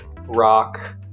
rock